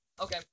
Okay